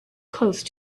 close